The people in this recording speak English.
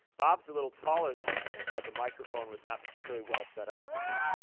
bob's a little taller than i. and i thought the microphone was not particularly well set up for him.